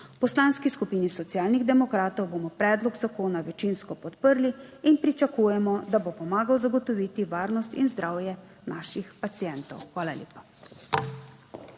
Poslanski skupini Socialnih demokratov bomo predlog zakona večinsko podprli in pričakujemo, da bo pomagal zagotoviti varnost in zdravje naših pacientov. Hvala lepa.